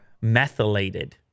methylated